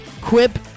Quip